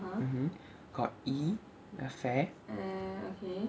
mmhmm got E fare